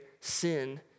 sin